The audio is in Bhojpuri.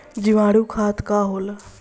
जीवाणु खाद का होला?